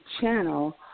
channel